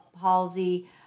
palsy